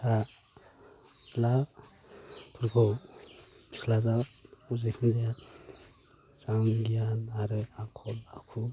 फिसा ला फोरखौ फिसाज्ला जेखुनजाया मोजां गियान आरो आखल आखु